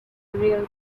real